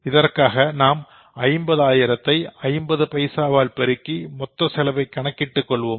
இதற்காக நாம் 50 ஆயிரத்தை 50 பைசாவால் பெருக்கி மொத்த செலவை கணக்கிட்டு கொள்வோம்